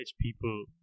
people